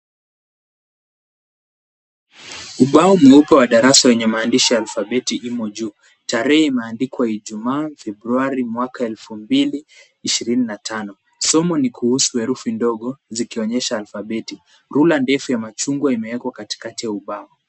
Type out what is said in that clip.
Ubao mweupe wa darasa wenye maandishi ya alphabeti imo juu. Tarehe imeandikwa Ijumaa Februari mwaka wa elfu mbili ishirini na tano. Somo ni kuhusu herufi ndogo zikionesha alphabeti. Rula ndefu ya machungwa imeekwa katikati ya ubao.